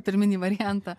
pirminį variantą